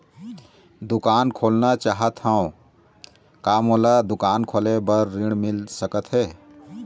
दुकान खोलना चाहत हाव, का मोला दुकान खोले बर ऋण मिल सकत हे?